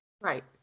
Right